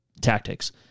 tactics